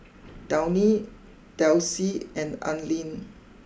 Downy Delsey and Anlene